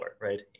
right